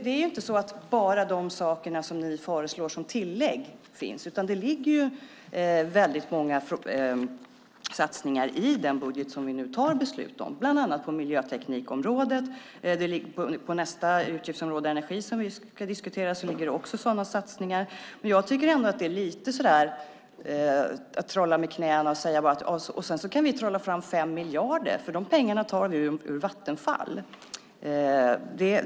Det är inte bara det ni föreslår som tillägg som finns. Det ligger många satsningar i den budget som vi nu tar beslut om. Det gäller bland annat miljöteknikområdet. På nästa utgiftsområde som vi ska diskutera, Energi, ligger det också sådana satsningar. Jag tycker att det är att trolla med knäna när man säger: Vi kan trolla fram 5 miljarder. De pengarna tar vi ur Vattenfall.